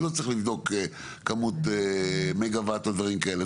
אני לא צריך לבדוק כמות מגה-ואט או דברים כאלה,